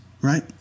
right